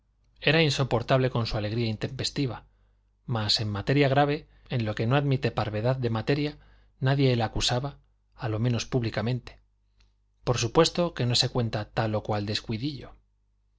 era insoportable con su alegría intempestiva mas en materia grave en lo que no admite parvedad de materia nadie la acusaba a lo menos públicamente por supuesto que no se cuenta tal o cual descuidillo